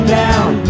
down